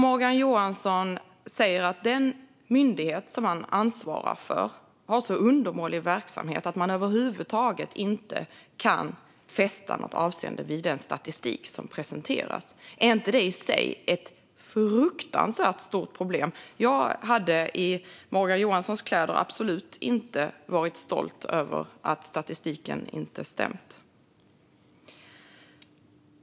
Morgan Johansson säger att den myndighet som han ansvarar för har så undermålig verksamhet att man över huvud taget inte kan fästa något avseende vid den statistik som presenteras. Är inte det i sig ett fruktansvärt stort problem? Jag hade i Morgan Johanssons kläder absolut inte varit stolt över att statistiken inte stämt.